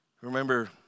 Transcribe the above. Remember